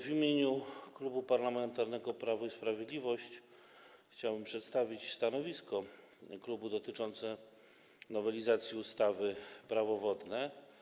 W imieniu Klubu Parlamentarnego Prawo i Sprawiedliwość chciałem przedstawić stanowisko klubu dotyczące nowelizacji ustawy Prawo wodne.